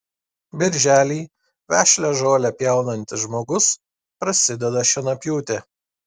birželį vešlią žolę pjaunantis žmogus prasideda šienapjūtė